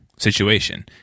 situation